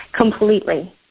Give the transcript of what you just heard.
Completely